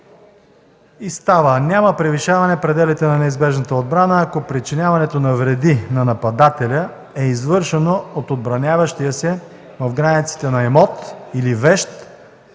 така: „Няма превишаване на пределите на неизбежната отбрана, ако причиняването на вреди на нападателя е извършено от отбраняващия се в границите на имот или вещ,